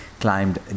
climbed